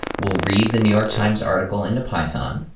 we'll read the new york times article into python,